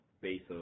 base